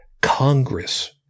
Congress